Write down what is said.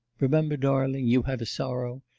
remember, darling you had a sorrow,